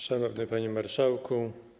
Szanowny Panie Marszałku!